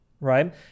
right